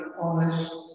honest